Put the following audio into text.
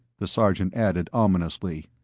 the sergeant added ominously.